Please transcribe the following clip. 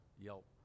yelp